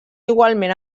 igualment